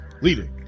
leading